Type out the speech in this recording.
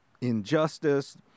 injustice